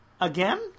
again